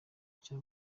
icya